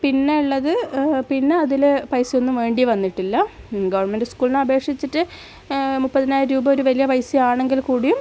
പിന്നെ ഉള്ളത് പിന്നെ അതിൽ പൈസയൊന്നും വേണ്ടി വന്നിട്ടില്ല ഗവൺമെൻറ് സ്കൂളിനെ അപേക്ഷിച്ചിട്ട് മുപ്പതിനായിരം രൂപ ഒരു വലിയ പൈസ ആണെങ്കിൽ കൂടിയും